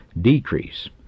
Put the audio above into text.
decrease